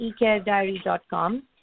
eCareDiary.com